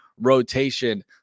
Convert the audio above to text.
rotation